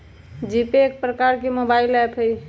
GPay एक प्रकार के मोबाइल ऐप हइ